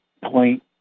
point